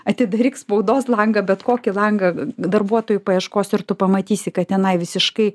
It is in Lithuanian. atidaryk spaudos langą bet kokį langą darbuotojų paieškos ir tu pamatysi kad tenai visiškai